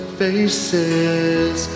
faces